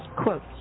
Quote